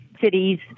cities